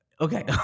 Okay